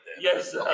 Yes